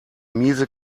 miese